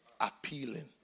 appealing